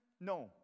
No